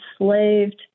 enslaved—